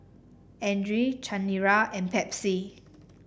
Andre Chanira and Pepsi